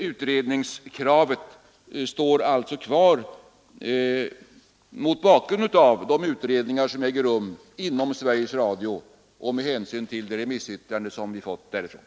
Utredningskravet står kvar mot bakgrund av de utredningar som äger rum inom Sveriges Radio och med hänsyn till det remissyttrande som vi fått därifrån.